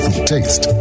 taste